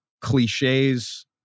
cliches